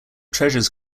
treasures